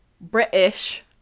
British